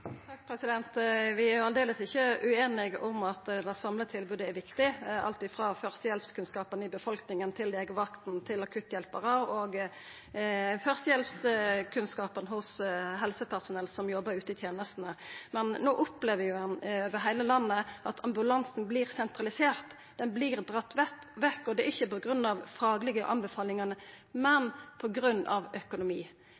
Vi er aldeles ikkje ueinige om at det samla tilbodet er viktig, alt frå førstehjelpskunnskapane i befolkninga, til legevakta, til akutthjelparane og til førstehjelpskunnskapane hos helsepersonell som jobbar ute i tenestene. Men no opplever ein over heile landet at ambulansen vert sentralisert. Han vert dratt vekk, og det er ikkje på grunn av dei faglege anbefalingane,